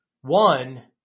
One